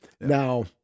Now